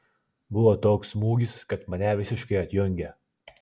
buvo toks smūgis kad mane visiškai atjungė